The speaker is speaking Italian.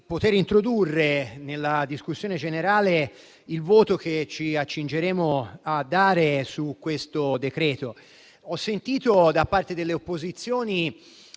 Grazie